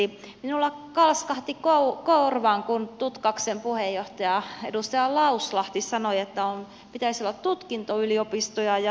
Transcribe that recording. minulla kalskahti korvaan kun tutkaksen puheenjohtaja edustaja lauslahti sanoi että pitäisi olla tutkintoyliopistoja ja tutkimusyliopistoja